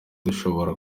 dushobora